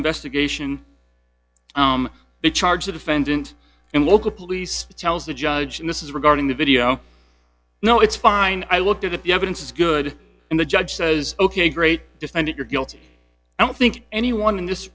investigation they charge the defendant and local police tells the judge in this is regarding the video no it's fine i looked at the evidence is good and the judge says ok great defender you're guilty i don't think anyone in this